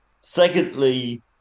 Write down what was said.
secondly